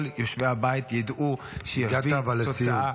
יושבי הבית ידעו --- אבל הגעת לסיום.